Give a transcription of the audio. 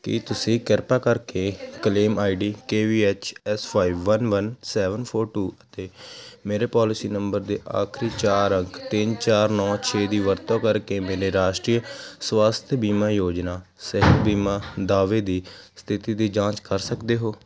ਕੀ ਤੁਸੀਂ ਕਿਰਪਾ ਕਰਕੇ claim ID K V H S five one one seven four two ਅਤੇ ਮੇਰੇ ਪਾਲਿਸੀ ਨੰਬਰ ਦੇ ਆਖਰੀ ਚਾਰ ਅੰਕਾਂ ਤਿੰਨ ਚਾਰ ਨੌਂ ਛੇ ਦੀ ਵਰਤੋਂ ਕਰਕੇ ਮੇਰੇ ਰਾਸ਼ਟਰੀ ਸਵਾਸਥਯ ਬੀਮਾ ਯੋਜਨਾ ਸਿਹਤ ਬੀਮਾ ਦਾਅਵੇ ਦੀ ਸਥਿਤੀ ਦੀ ਜਾਂਚ ਕਰ ਸਕਦੇ ਹੋ